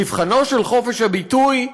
מבחנו של חופש הביטוי,